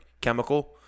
chemical